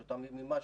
שאותן מימשתי,